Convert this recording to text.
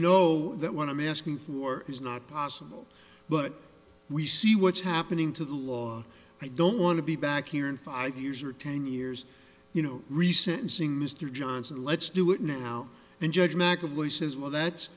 know that want to be asking for is not possible but we see what's happening to the law i don't want to be back here in five years or ten years you know re sentencing mr johnson let's do it now then judge mcevoy says well that's